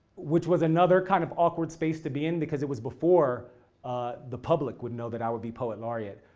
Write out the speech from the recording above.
which was another kind of awkward space to be in, because it was before the public would know that i would be poet laureate.